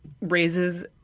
raises